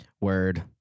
Word